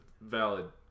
valid